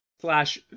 slash